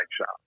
shop